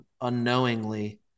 unknowingly